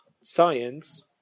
Science